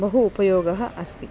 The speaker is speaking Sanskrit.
बहु उपयोगः अस्ति